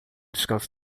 descanso